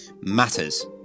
matters